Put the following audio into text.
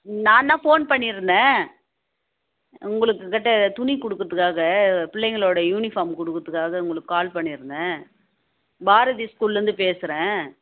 நான் தான் ஃபோன் பண்ணிருந்தேன் உங்களுக்குக்கிட்ட துணி கொடுக்கறதுக்காக பிள்ளைங்களோட யூனிஃபாம் கொடுக்கறதுக்காக உங்களுக்கு கால் பண்ணியிருந்தேன் பாரதி ஸ்கூல்லேருந்து பேசுகிறேன்